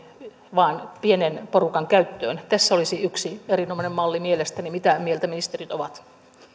vain pienen porukan käyttöön tässä olisi yksi erinomainen malli mielestäni mitä mieltä ministerit ovat